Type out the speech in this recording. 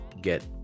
get